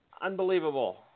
unbelievable